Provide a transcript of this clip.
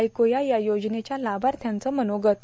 ऐकू या योजनेच्या लाभार्थ्याचं मनोगत